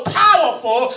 powerful